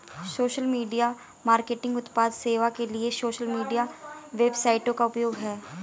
social media marketing उत्पाद सेवा के लिए सोशल मीडिया वेबसाइटों का उपयोग है